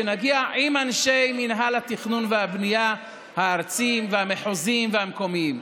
כשנגיע עם אנשי מינהל התכנון והבנייה הארציים והמחוזיים והמקומיים.